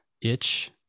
itch